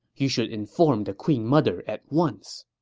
you should inform the queen mother at once.